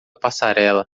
passarela